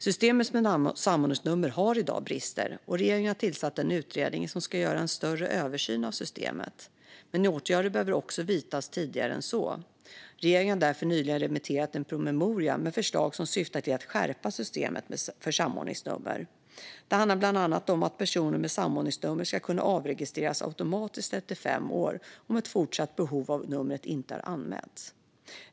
Systemet med samordningsnummer har dock brister i dag, och regeringen har tillsatt en utredning som ska göra en större översyn av systemet. Men åtgärder behöver också vidtas tidigare än så. Regeringen har därför nyligen remitterat en promemoria med förslag som syftar till att skärpa systemet med samordningsnummer. Det handlar bland annat om att personer med samordningsnummer ska kunna avregistreras automatiskt efter fem år om ett fortsatt behov av numret inte har anmälts.